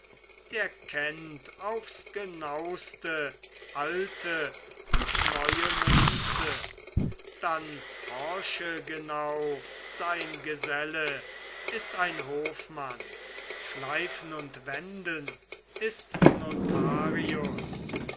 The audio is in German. der kennt aufs genauste alte und neue münze dann horchegenau sein geselle ist ein hofmann schleifenundwenden ist notarius